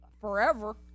forever